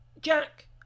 Jack